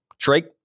Drake